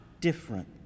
different